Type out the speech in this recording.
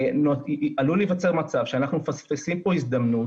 עלול להיווצר מצב שאנחנו מפספסים הזדמנות